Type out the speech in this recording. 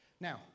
Now